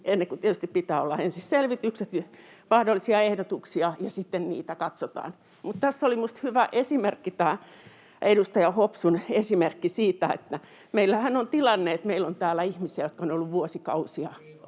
ensin tietysti pitää olla selvitykset ja mahdollisia ehdotuksia, ja sitten niitä katsotaan. Tässä oli minusta hyvä esimerkki tämä edustaja Hopsun esimerkki siitä, että meillähän on tilanne, että meillä on täällä ihmisiä, jotka ovat olleet vuosikausia